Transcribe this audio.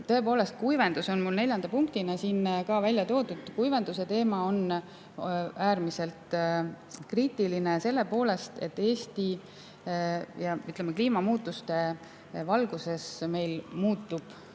tõepoolest, kuivendus on mul neljanda punktina siin ka välja toodud. Kuivenduse teema on äärmiselt kriitiline selle poolest, et kliimamuutuste valguses muutub